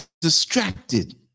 distracted